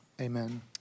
Amen